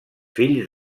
fills